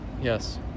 yes